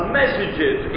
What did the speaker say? messages